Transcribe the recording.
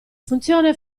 funzione